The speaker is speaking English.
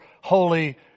holy